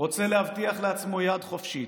רוצה להבטיח לעצמו יד חופשית.